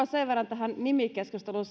sen verran tähän nimikeskusteluun